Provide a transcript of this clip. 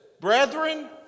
brethren